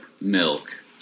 milk